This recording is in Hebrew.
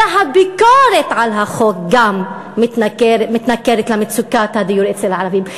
אלא הביקורת על החוק גם מתנכרת למצוקת הדיור אצל הערבים.